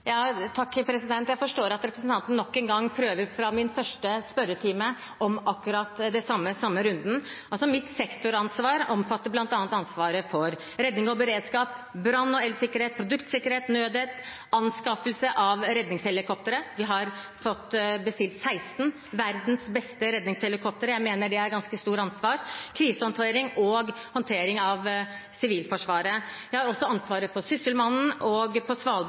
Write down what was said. Jeg forstår at representanten nok en gang prøver på den samme runden, fra min første spørretime om akkurat det samme. Mitt sektoransvar omfatter bl.a. ansvaret for redning og beredskap, brann og elsikkerhet, produktsikkerhet, nødnett, anskaffelse av redningshelikoptre – vi har fått bestilt 16 av verdens beste redningshelikoptre, jeg mener det er et ganske stort ansvar – krisehåndtering og håndtering av Sivilforsvaret. Jeg har også ansvaret for Sysselmannen på Svalbard og